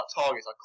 targets